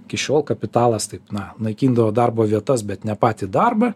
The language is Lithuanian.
iki šiol kapitalas taip na naikindavo darbo vietas bet ne patį darbą